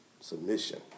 Submission